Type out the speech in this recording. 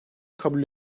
kabul